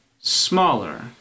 smaller